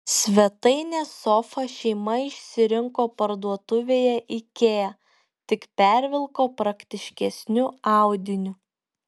svetainės sofą šeima išsirinko parduotuvėje ikea tik pervilko praktiškesniu audiniu